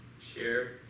Share